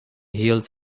heels